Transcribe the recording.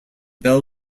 bell